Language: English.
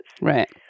Right